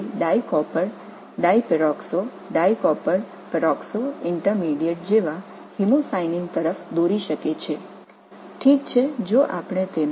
இது டைகாப்பர் டைபெராக்ஸ் dicopper peroxo இடைநிலை போன்ற ஹீமோசயினினுக்கு வழிவகுக்கும்